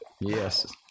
Yes